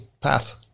path